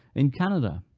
in canada,